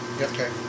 Okay